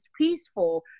peaceful